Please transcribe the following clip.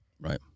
Right